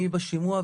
אני בשימוע,